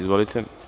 Izvolite.